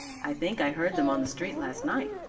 i think i heard them on the street last night,